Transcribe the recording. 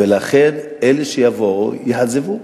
ולכן אלה שיבואו יעזבו.